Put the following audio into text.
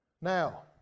Now